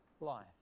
life